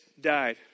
died